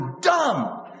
dumb